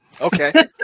Okay